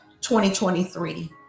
2023